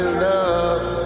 love